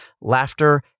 laughter